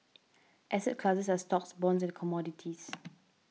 asset classes are stocks bonds and commodities